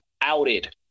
outed